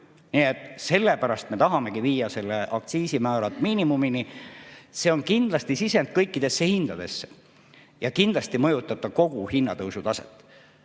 Sellepärast me tahamegi viia aktsiisimäärad miinimumini. See on kindlasti sisend kõikidesse hindadesse ja kindlasti mõjutab see kogu hinnatõusu taset.